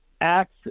acts